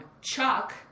Chuck